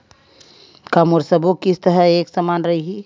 का मोर सबो किस्त ह एक समान रहि?